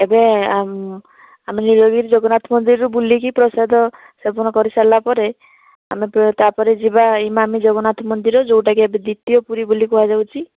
ଏବେ ଆମେ ନୀଳଗିରି ଜଗନ୍ନାଥ ମନ୍ଦିର ବୁଲିକି ପ୍ରସାଦ ସେବନ କରି ସାରିଲାପରେ ଆମେ ତାପରେ ଯିବା ଇମାମି ଜଗନ୍ନାଥ ମନ୍ଦିର ଯେଉଁଟାକି ଏବେ ଦ୍ୱିତୀୟ ପୁରୀ ବୋଲି କୁହାଯାଉଛି